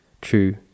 true